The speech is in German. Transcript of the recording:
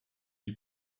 die